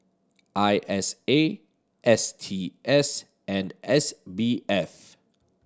I S A S T S and S B F